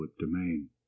domain